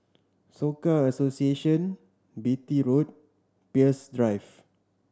Soka Association Beatty Road Peirce Drive